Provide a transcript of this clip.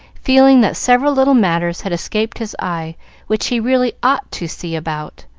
feeling that several little matters had escaped his eye which he really ought to see about.